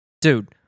Dude